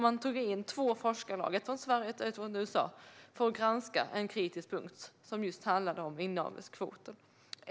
Man tog in två forskarlag, ett från Sverige och ett från USA, för att granska en kritisk punkt som just handlade om inavelskvoter.